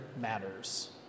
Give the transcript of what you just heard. matters